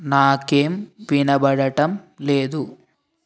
నాకేం వినబడటంలేదు